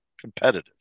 competitive